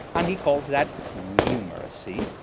and he calls that numeracy.